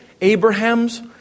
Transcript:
Abraham's